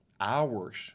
hours